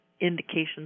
indications